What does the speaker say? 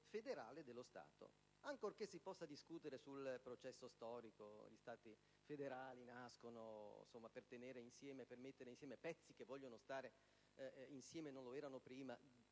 federale dello Stato. Ancorché si possa discutere sul processo storico (gli Stati federali nascono per mettere insieme pezzi che vogliono stare insieme e non stavano insieme